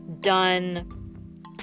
done